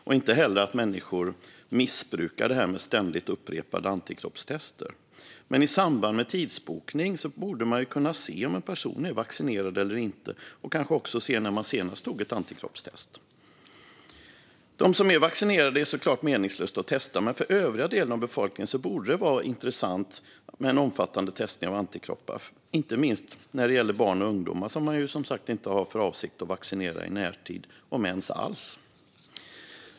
Inte heller vill man att människor missbrukar detta med ständigt upprepade antikroppstester. Men i samband med tidsbokning borde man kunna se om en person är vaccinerad eller inte och även se när den senast gjorde ett antikroppstest. Personer som är vaccinerade är det såklart meningslöst att testa, men för den övriga befolkningen borde det vara intressant med omfattande testning av antikroppar. Det gäller inte minst barn och unga, som man ju inte har för avsikt att vaccinera i närtid - om alls.